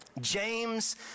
James